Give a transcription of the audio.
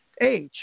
age